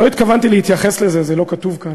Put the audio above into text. לא התכוונתי להתייחס לזה, זה לא כתוב כאן.